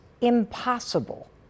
impossible